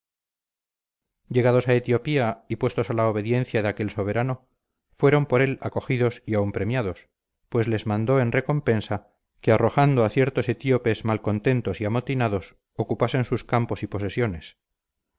y mujeres llegados a etiopía y puestos a la obediencia de aquel soberano fueron por él acogidos y aun premiados pues les mandó en recompensa que arrojando a ciertos etíopes malcontentos y amotinados ocupasen sus campos y posesiones